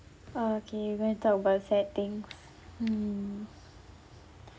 okay we going to talk about sad things mm